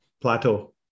plateau